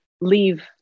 leave